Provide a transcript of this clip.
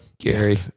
Gary